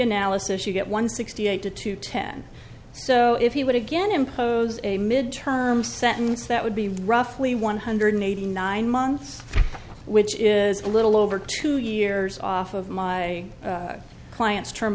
analysis you get one sixty eight to two ten so if you would again impose a mid term sentence that would be roughly one hundred eighty nine months which is a little over two years off of my client's term